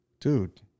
Dude